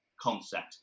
concept